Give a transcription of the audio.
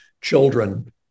children